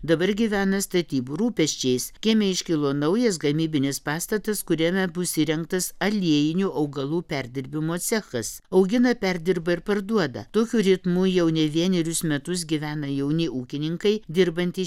dabar gyvena statybų rūpesčiais kieme iškilo naujas gamybinis pastatas kuriame bus įrengtas aliejinių augalų perdirbimo cechas augina perdirba ir parduoda tokiu ritmu jau ne vienerius metus gyvena jauni ūkininkai dirbantys